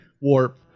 warp